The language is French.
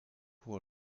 pour